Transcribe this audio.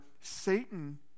Satan